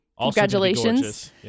Congratulations